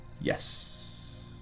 yes